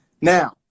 Now